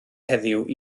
heddiw